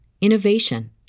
innovation